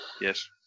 Yes